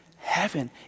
heaven